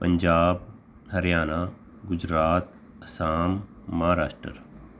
Punjab Haryana Gujarat Assam Maharashtra